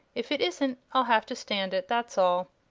if it isn't i'll have to stand it, that's all.